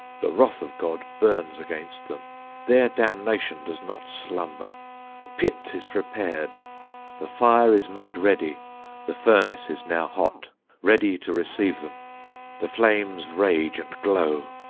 the wrath of god burns against them their damnation does not slumber the pit is prepared the fire is made ready the furnace is now hot ready to receive them the flames rage and glow.